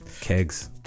kegs